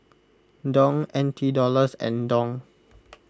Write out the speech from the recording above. Dong N T Dollars and Dong